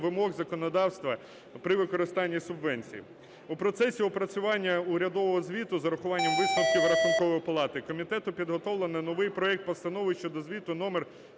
вимог законодавства при використанні субвенцій. У процесі опрацювання урядового звіту з урахуванням висновків Рахункової палати комітетом підготовлено новий проект Постанови щодо звіту номер